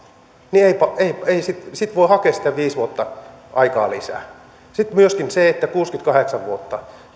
niin sitten sitten voi hakea viisi vuotta aikaa lisää sitten on myöskin se että kuusikymmentäkahdeksan vuotta